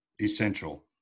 essential